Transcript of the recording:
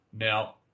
Now